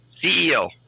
ceo